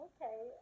Okay